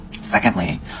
secondly